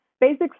basic